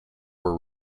were